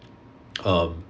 um